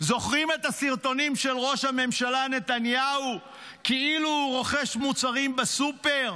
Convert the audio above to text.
זוכרים את הסרטונים של ראש הממשלה נתניהו כאילו הוא רוכש מוצרים בסופר,